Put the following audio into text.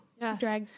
Yes